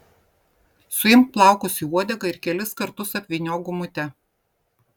suimk plaukus į uodegą ir kelis kartus apvyniok gumute